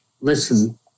listen